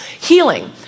Healing